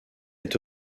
est